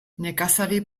nekazari